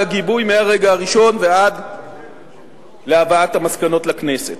על הגיבוי מהרגע הראשון ועד להבאת המסקנות לכנסת.